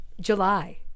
July